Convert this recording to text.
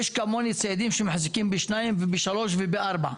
יש כמוני ציידים שמחזיקים בשניים ובשלוש ובארבע.